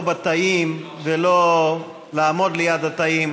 לא בתאים ולא לעמוד ליד התאים,